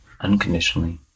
unconditionally